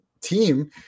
team